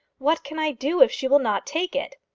what can i do if she will not take it?